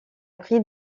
pris